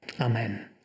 Amen